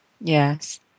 yes